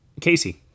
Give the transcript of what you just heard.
Casey